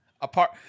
apart